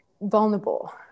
vulnerable